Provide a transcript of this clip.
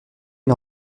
une